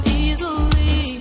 easily